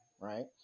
Right